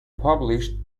published